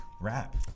Rap